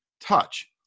touch